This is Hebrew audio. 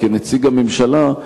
וכנציג הממשלה,